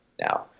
now